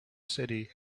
city